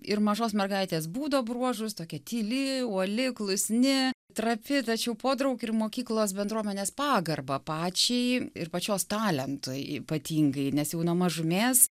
ir mažos mergaitės būdo bruožus tokia tyli uoli klusni trapi tačiau podraug ir mokyklos bendruomenės pagarbą pačiai ir pačios talentui ypatingai nes jau nuo mažumės